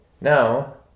Now